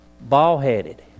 ball-headed